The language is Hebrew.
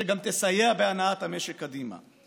שגם תסייע בהנעת המשק קדימה.